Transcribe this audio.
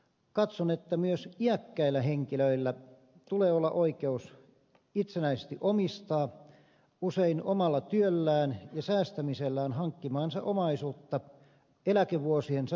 katson että myös iäkkäillä henkilöillä tulee olla oikeus itsenäisesti omistaa usein omalla työllään ja säästämisellään hankkimaansa omaisuutta eläkevuosiensa turvaksi